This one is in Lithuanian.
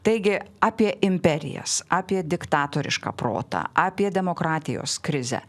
taigi apie imperijas apie diktatorišką protą apie demokratijos krizę